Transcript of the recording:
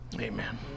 Amen